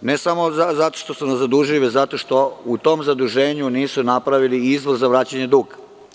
ne samo zato što su nas zadužili već zato što u tom zaduženju nisu napravili izlaz za vraćanje duga.